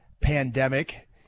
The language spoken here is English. pandemic